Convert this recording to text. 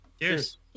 Cheers